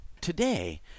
Today